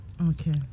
Okay